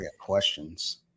questions